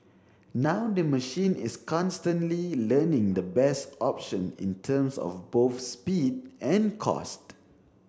now the machine is constantly learning the best option in terms of both speed and cost